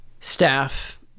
staff